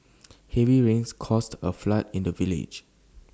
heavy rains caused A flood in the village